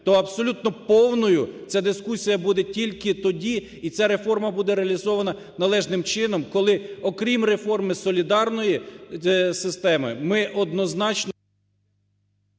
то абсолютно повною ця дискусія буде тільки тоді і ця реформа буде реалізована належним чином, коли окрім реформи солідарної системи ми однозначно…